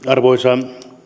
arvoisa